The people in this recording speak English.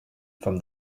from